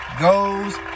goes